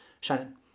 Shannon